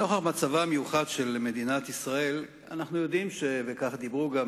נוכח מצבה המיוחד של מדינת ישראל, וכך דיברו גם